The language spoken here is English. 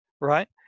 right